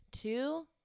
two